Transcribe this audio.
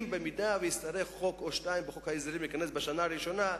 אם יהיה צורך בחוק או שניים בחוק ההסדרים בשנה הראשונה,